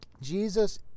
Jesus